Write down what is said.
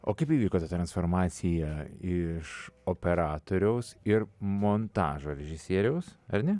o kaip įvyko ta transformacija iš operatoriaus ir montažo režisieriaus ar ne